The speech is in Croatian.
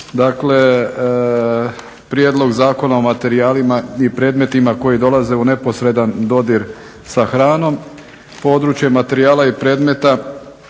Dakle, prijedlog zakona o materijalima i predmetima koji dolaze u neposredan dodir s hranom, područje materijala i predmeta